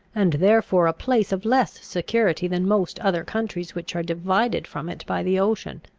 and therefore a place of less security than most other countries which are divided from it by the ocean.